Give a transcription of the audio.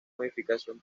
modificación